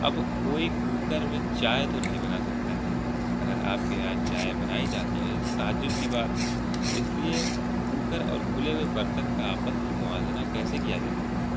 اب کوئی کوکر میں چائے تو نہیں بنا سکتا ہے اگر آپ کے یہاں چائے بنائی جاتی ہے تو تعجب کی بات ہے اس لیے کوکر اور کھلے ہوئے برتن کا آپس میں موازنہ کیسے کیا جا سکتا ہے